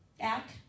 Act